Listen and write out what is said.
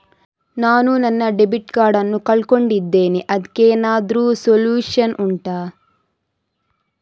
ನಾನು ನನ್ನ debit card ನ್ನು ಕಳ್ಕೊಂಡಿದ್ದೇನೆ ಅದಕ್ಕೇನಾದ್ರೂ ಸೊಲ್ಯೂಷನ್ ಉಂಟಾ